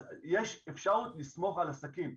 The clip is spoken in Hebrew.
אפשר עוד לסמוך על עסקים.